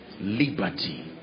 liberty